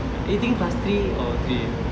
you taking class three or three a